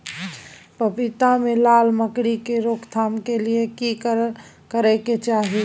पपीता मे लाल मकरी के रोक थाम के लिये की करै के चाही?